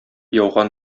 яуган